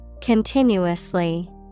Continuously